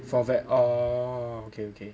for very oo okay okay